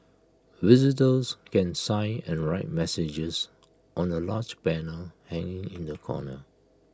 visitors can sign and write messages on A large banner hanging in the corner